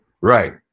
right